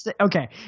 okay